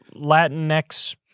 Latinx